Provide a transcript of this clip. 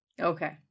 Okay